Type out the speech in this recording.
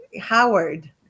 Howard